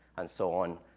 and so on,